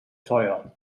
teuer